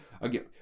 again